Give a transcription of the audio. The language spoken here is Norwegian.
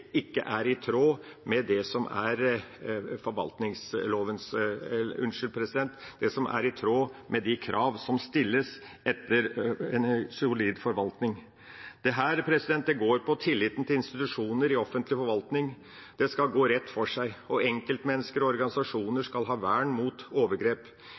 ikke er i tråd med de kravene som stilles til en solid forvaltning. Dette går på tilliten til institusjoner i offentlig forvaltning. Det skal gå rett for seg, og enkeltmennesker og organisasjoner skal ha vern mot overgrep.